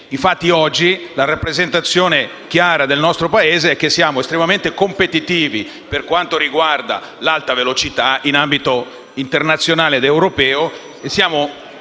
Infatti, oggi la rappresentazione chiara del nostro Paese è che siamo estremamente competitivi per quanto riguarda l'alta velocità, in ambito internazionale ed europeo,